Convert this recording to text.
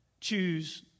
choose